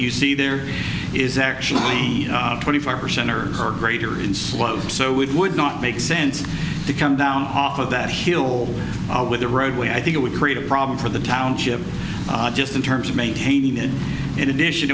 you see there is actually twenty five percent or are greater in slope so it would not make sense to come down off of that hill with a roadway i think it would create a problem for the township just in terms of maintaining it in addition